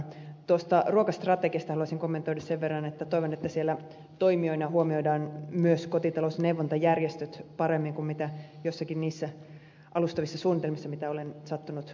tuosta ruokastrategiasta haluaisin kommentoida sen verran että toivon että siellä toimijoina huomioidaan myös kotitalousneuvontajärjestöt paremmin kuin joissakin niissä alustavissa suunnitelmissa mitä olen sattunut kuulemaan ja näkemään